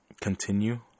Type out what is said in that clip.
continue